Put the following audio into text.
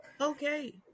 Okay